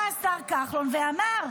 בא השר כחלון ואמר: